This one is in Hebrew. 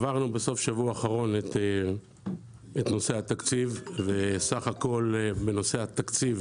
עברנו בסוף השבוע האחרון את נושא התקציב וסך הכול בנושא התקציב